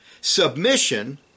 submission